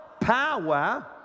power